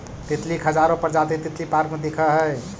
तितली के हजारो प्रजाति तितली पार्क में दिखऽ हइ